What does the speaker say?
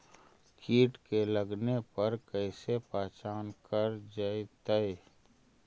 कीट के लगने पर कैसे पहचान कर जयतय?